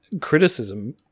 criticism